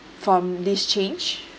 from this change